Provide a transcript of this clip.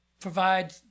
provide